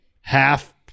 half